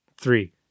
three